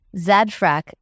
Zadfrak